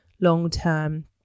long-term